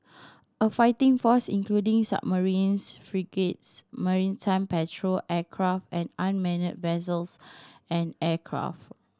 a fighting force including submarines frigates maritime patrol aircraft and unmanned vessels and aircraft